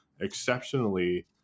exceptionally